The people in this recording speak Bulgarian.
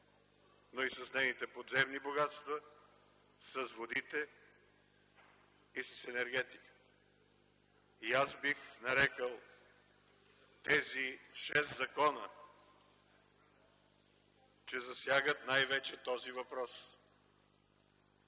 но и с нейните подземни богатства, с водите и с енергетиката. Аз бих нарекъл тези шест закона, че засягат най-вече този въпрос